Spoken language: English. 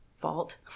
fault